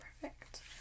Perfect